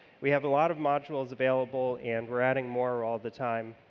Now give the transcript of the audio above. we have a lot of modules available and we're adding more all the time,